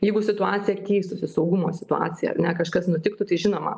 jeigu situacija keistųsi saugumo situacija ar ne kažkas nutiktų tai žinoma